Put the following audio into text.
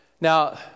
Now